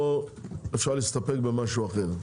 או אפשר להסתפק במשהו אחר?